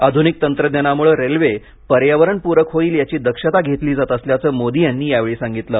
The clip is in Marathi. आधुनिक तंत्रज्ञानामुळे रेल्वे पर्यावरण पूरक होईल याची दक्षता घेतली जात असल्याचं मोदी यांनी यावेळी सांगितलं